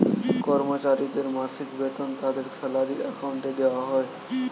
কর্মচারীদের মাসিক বেতন তাদের স্যালারি অ্যাকাউন্টে দেওয়া হয়